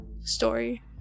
story